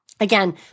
Again